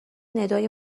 ندای